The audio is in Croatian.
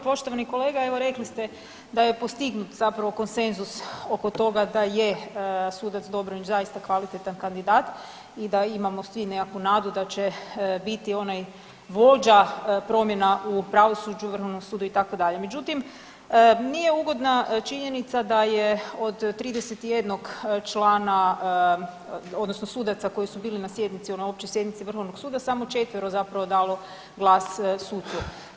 Poštovani kolega, evo rekli ste da je postignut zapravo konsenzus oko toga da je sudac Dobronić zaista kvalitetan kandidat i da imamo svi nekakvu nadu da će biti onaj vođa promjena u pravosuđu, Vrhovnom sudu itd., međutim nije ugodna činjenica da je od 31 člana odnosno sudaca koji su bili na sjednici onoj općoj sjednici Vrhovnog suda samo 4 zapravo dalo glas sucu.